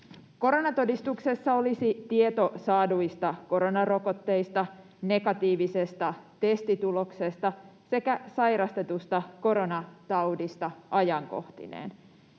Koronatodistuksessa olisi tieto saaduista koronarokotteista, negatiivisesta testituloksesta sekä sairastetusta koronataudista ajankohtineen.